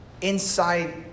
inside